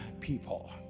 people